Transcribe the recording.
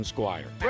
Squire